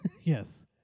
Yes